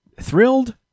thrilled